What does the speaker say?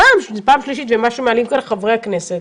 חברי הכנסת